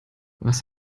was